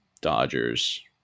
Dodgers